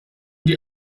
die